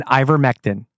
ivermectin